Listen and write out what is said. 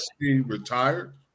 retired